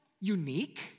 unique